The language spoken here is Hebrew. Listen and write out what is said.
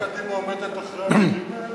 סיעת קדימה עומדת מאחורי הדברים האלה?